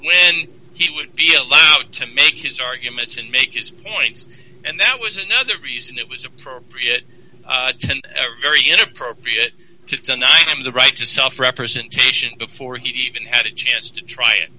when he would be allowed to make his arguments and make his points and that was another reason it was appropriate very inappropriate to tonight and the right to suffer representation before he even had a chance to try it